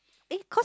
think cause